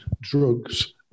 drugs